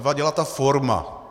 Vadila mi ta forma.